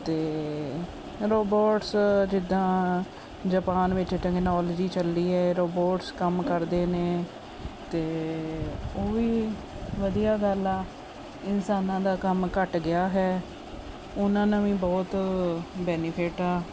ਅਤੇ ਰੋਬੋਟਸ ਜਿੱਦਾਂ ਜਾਪਾਨ ਵਿਚ ਟੇਨੋਲੋਜੀ ਚੱਲੀ ਹੈ ਰੋਬੋਟਸ ਕੰਮ ਕਰਦੇ ਨੇ ਤੇ ਉਹ ਵੀ ਵਧੀਆ ਗੱਲ ਆ ਇਨਸਾਨਾਂ ਦਾ ਕੰਮ ਘੱਟ ਗਿਆ ਹੈ ਉਹਨਾਂ ਨੂੰ ਵੀ ਬਹੁਤ ਬੈਨੀਫਿਟ ਆ